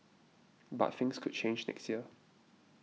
but things could change next year